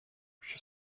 she